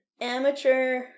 amateur